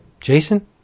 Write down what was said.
Jason